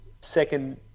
second